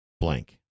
blank